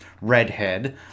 redhead